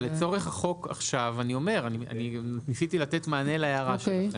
אבל לצורך החוק עכשיו ניסיתי לתת מענה להערה שלכם,